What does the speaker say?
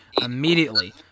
immediately